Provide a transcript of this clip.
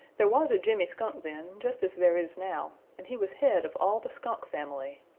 there was a jimmy skunk then, just as there is now, and he was head of all the skunk family.